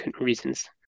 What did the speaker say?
reasons